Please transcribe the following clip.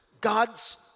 God's